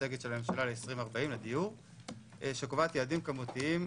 האסטרטגית לדיור של הממשלה ל-2040 שקובעת יעדים כמותיים,